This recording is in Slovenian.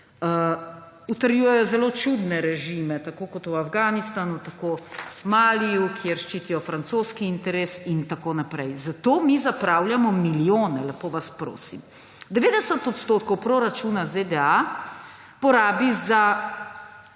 utrjujejo zelo čudne režime, tako kot v Afganistanu, tako Maliju, kjer ščitijo francoski interes in tako naprej. Za to mi zapravljamo milijone, lepo vas prosim. 90 % proračuna ZDA porabi za